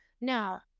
Now